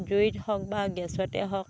জুইত হওক বা গেছতে হওক